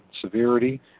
severity